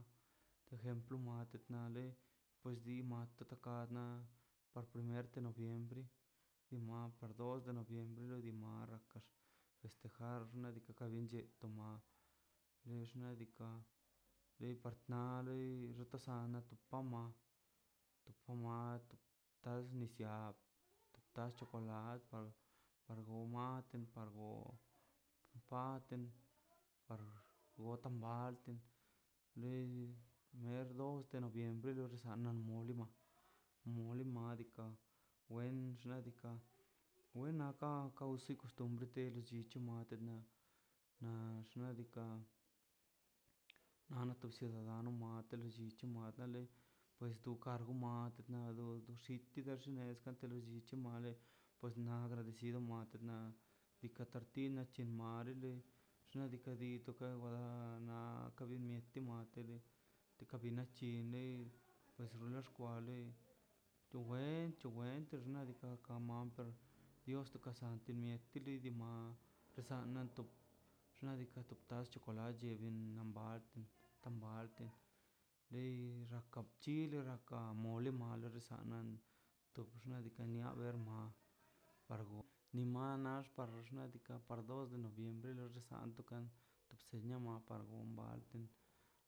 To ejemplo ka mat nale pues di ma nak kakane na primero de noviembre na por dos de noviembre to li maxa kax festejar xnaꞌ diikaꞌ nche tomar len xnaꞌ diikaꞌ len par nale topo ka mas ka nis yaa to tas chocolatə par goma par go baten par gotan maken lin dos de noviembre na noliba moli madika wen xnaꞌ diikaꞌ wenna ka zukikz tombre de lo llichik na na xnaꞌ diikaꞌ na na ciudadano ma na te lo llichi pues tu kargo maat na na doxichi manet neska to lo llichi male pues na agradecido male diika kartina c̱he mal lele xnaꞌ diika' di to ka wale akana mieti mateli toka bini chili pues nona xkwale to wen tox wench nadika per man dios to casamiento mieti ma casa nato xnaꞌ diikaꞌ to tas chocolatə bin nam bat tambalte lei raktap chile ka mole razan tob xnaꞌ diika' to bermo par go ni mas ni xmat ma xnaꞌ diikaꞌ par dos de noviembre resokantona tu si mian to balkan.